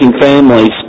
families